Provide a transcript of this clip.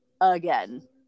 again